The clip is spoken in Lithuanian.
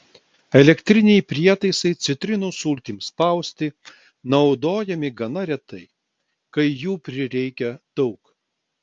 elektriniai prietaisai citrinų sultims spausti naudojami gana retai kai jų prireikia daug